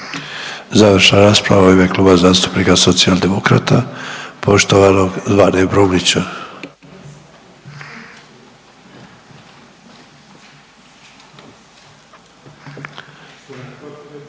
Završna rasprava u ime Kluba zastupnika Socijaldemokrata poštovanog Zvane Brumnića.